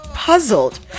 Puzzled